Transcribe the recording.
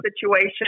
situation